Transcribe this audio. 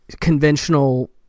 conventional